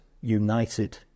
united